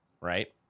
Right